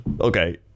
Okay